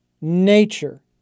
Nature